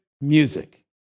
music